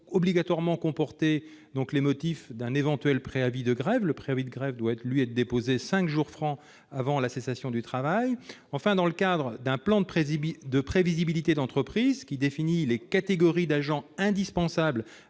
obligatoirement comporter les motifs d'un éventuel préavis de grève. Le préavis doit, lui, être déposé cinq jours francs avant la cessation du travail. Enfin, un plan de prévisibilité d'entreprise définit les catégories d'agents indispensables